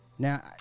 Now